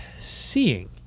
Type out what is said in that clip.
seeing